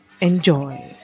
Enjoy